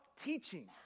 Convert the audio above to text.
teaching